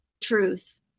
truth